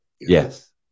Yes